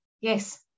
Yes